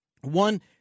One